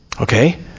Okay